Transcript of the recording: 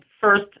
first